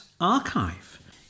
archive